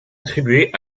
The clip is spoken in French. attribuées